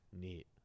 Neat